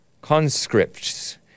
Conscripts